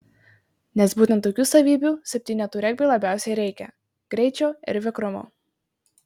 nes būtent tokių savybių septynetų regbiui labiausiai reikia greičio ir vikrumo